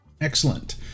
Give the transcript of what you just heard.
excellent